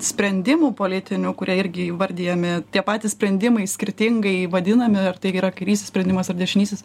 sprendimų politinių kuria irgi įvardijami tie patys sprendimai skirtingai vadinami ar tai yra kairysis sprendimas ar dešinysis